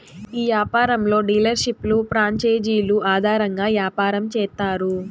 ఈ యాపారంలో డీలర్షిప్లు ప్రాంచేజీలు ఆధారంగా యాపారం చేత్తారు